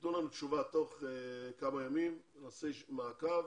שתתנו לנו תשובה, תוך כמה ימים נעשה מעקב,